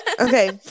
Okay